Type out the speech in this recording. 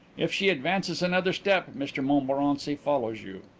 if she advances another step mr montmorency follows you.